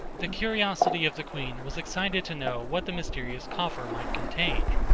the curiosity of the queen was excited to know what the mysterious coffer might contain.